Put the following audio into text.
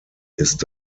ist